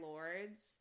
Lords